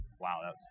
Wow